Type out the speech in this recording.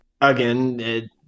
Again